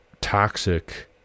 toxic